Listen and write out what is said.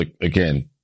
Again